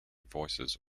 voices